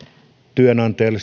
työnantajalle